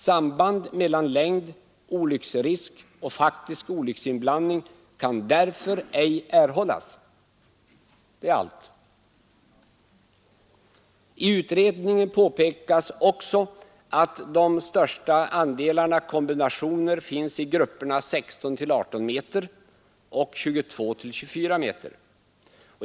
Samband mellan längd, olycksrisk och faktisk olycksinblandning kan därför ej erhållas.” Det är allt. I utredningen påpekas också att de största andelarna kombinationer finns i grupperna 16—18 meter och 22—24 meter.